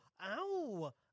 Ow